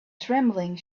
trembling